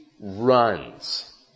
runs